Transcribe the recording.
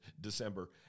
December